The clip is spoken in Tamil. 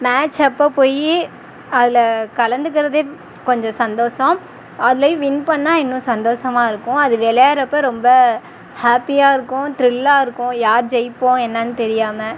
மேட்ச் அப்போ போய் அதில் கலந்துக்கிறதே கொஞ்சம் சந்தோசம் அதிலயும் வின் பண்ணால் இன்னும் சந்தோசமாக இருக்கும் அது விளையாடுறப்ப ரொம்ப ஹாப்பியாக இருக்கும் த்ரில்லாக இருக்கும் யார் ஜெயிப்போம் என்னன்னு தெரியாமல்